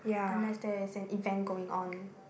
unless there is an event going on